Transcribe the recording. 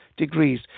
degrees